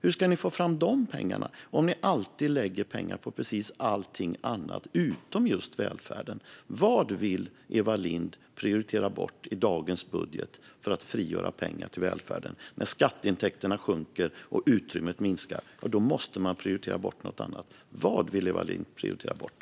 Hur ska ni få fram de pengarna om ni alltid lägger pengar på precis allting annat utom just välfärden? Vad vill Eva Lindh prioritera bort i dagens budget för att frigöra pengar till välfärden? När skatteintäkterna sjunker och utrymmet minskar måste man prioritera bort något annat. Vad vill Eva Lindh prioritera bort?